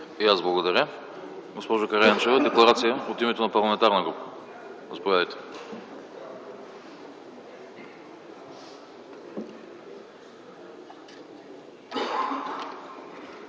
И аз благодаря. Госпожо Караянчева – декларация от името на парламентарна група? Да.